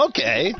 Okay